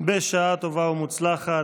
בשעה טובה ומוצלחת.